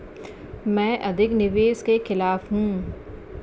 मैं अधिक निवेश के खिलाफ हूँ